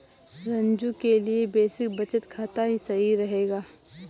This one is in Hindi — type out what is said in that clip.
रंजू के लिए बेसिक बचत खाता ही सही रहेगा